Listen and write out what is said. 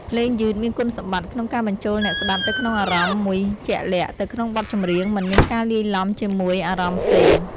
ភ្លេងយឺតមានគុណសម្បត្តិក្នុងការបញ្ចូលអ្នកស្តាប់ទៅក្នុងអារម្មណ៍មួយជាក់លាក់ទៅក្នុងបទចម្រៀងមិនមានការលាយឡំជាមួយអារម្មណ៍ផ្សេង។